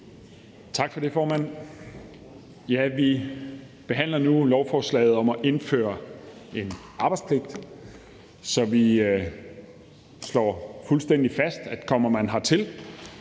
Tak for det, formand. Vi behandler nu lovforslaget om at indføre en arbejdspligt, så vi slår fuldstændig fast, at kommer man hertil,